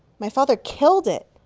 my father killed it!